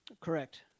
correct